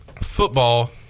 football